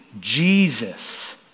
Jesus